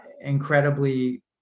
incredibly